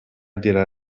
dirà